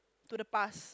to the past